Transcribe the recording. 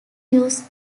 used